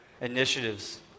initiatives